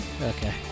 Okay